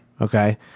okay